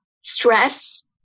stress